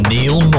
Neil